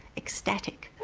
ecstatic.